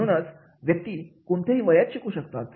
म्हणूनच व्यक्ती कोणत्याही वयात शिकू शकतात